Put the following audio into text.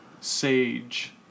Sage